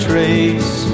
trace